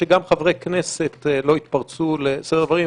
אני משתדל שגם חברי כנסת לא יתפרצו לסדר הדברים.